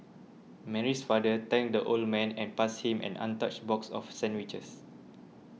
Mary's father thanked the old man and passed him an untouched box of sandwiches